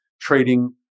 trading